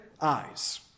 eyes